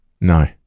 No